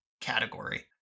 category